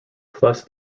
plus